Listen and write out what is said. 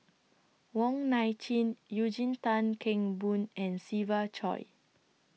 Wong Nai Chin Eugene Tan Kheng Boon and Siva Choy